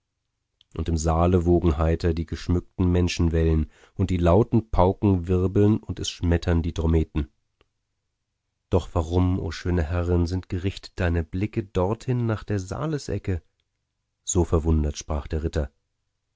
und im saale wogen heiter die geschmückten menschenwellen und die lauten pauken wirbeln und es schmettern die trommeten doch warum o schöne herrin sind gerichtet deine blicke dorthin nach der saalesecke so verwundert sprach der ritter